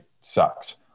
sucks